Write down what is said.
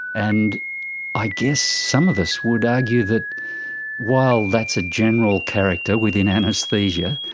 and i guess some of us would argue that while that's a general character within anaesthesia,